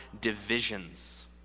divisions